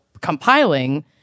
compiling